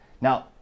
Now